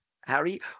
Harry